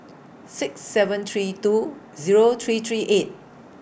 six seven three two Zero three three eight